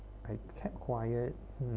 I kept quiet hmm